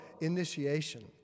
initiation